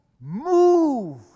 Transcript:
Move